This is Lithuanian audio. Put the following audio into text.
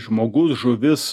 žmogus žuvis